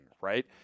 right